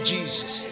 Jesus